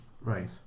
right